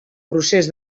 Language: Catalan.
procés